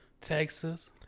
Texas